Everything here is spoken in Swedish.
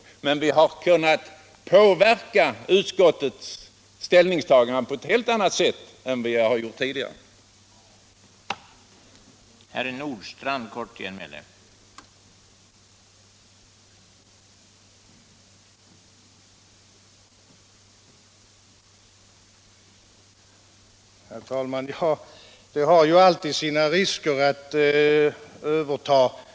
Vi har efter valutslaget kunnat påverka utskottets ställningstagande på ett helt annat sätt än vi kunnat göra tidigare. Det är däri ”trolleriet” ligger.